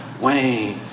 Wayne